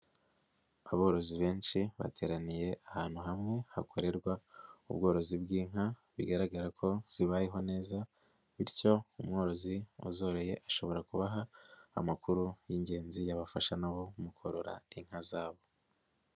Aborozi benshi bateraniye ahantu hamwe hakorerwa ubworozi bw'inka, bigaragara ko zibayeho neza, bityo umworozi wazoroye ashobora kubaha amakuru y'ingenzi yabafasha na bo mu korora inka zabo.